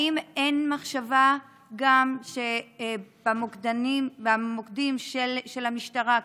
האם אין מחשבה שבמוקדים של המשטרה,